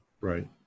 Right